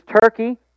Turkey